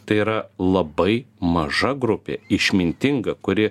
tai yra labai maža grupė išmintinga kuri